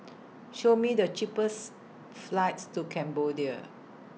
Show Me The cheapest flights to Cambodia